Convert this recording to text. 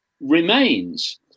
remains